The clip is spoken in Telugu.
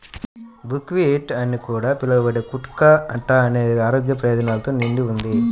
బుక్వీట్ అని కూడా పిలవబడే కుట్టు కా అట్ట అనేది ఆరోగ్య ప్రయోజనాలతో నిండి ఉంది